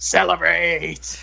Celebrate